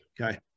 Okay